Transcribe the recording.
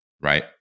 right